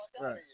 right